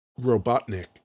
robotnik